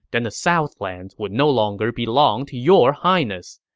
then the southlands would no longer belong to your highness.